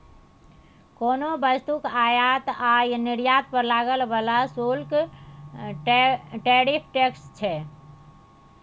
कोनो वस्तुक आयात आ निर्यात पर लागय बला शुल्क टैरिफ टैक्स छै